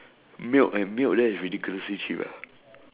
milk and milk there is ridiculously cheap ah